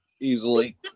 easily